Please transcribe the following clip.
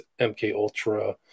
MKUltra